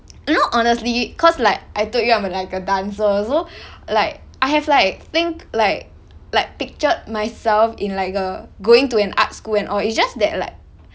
you know honestly cause like I told you I'm like a dancer so like I have like think like like pictured myself in like err going to an arts school and all it's just that like